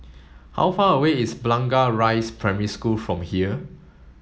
how far away is Blangah Rise Primary School from here